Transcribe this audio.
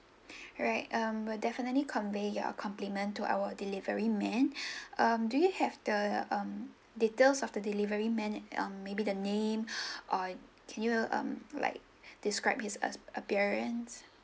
alright um will definitely convey your compliment to our delivery man um do you have the um details of the delivery men um maybe the name or can you um like describe his us appearance